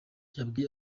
yabwiye